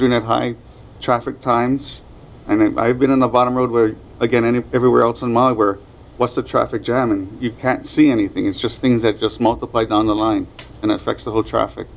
didn't have high traffic times i mean i've been on the bottom road where again any everywhere else in ma where what's the traffic jam you can't see anything it's just things that just multiplied on the line and affects the whole traffic